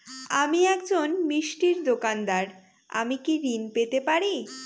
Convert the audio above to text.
আমি একজন মিষ্টির দোকাদার আমি কি ঋণ পেতে পারি?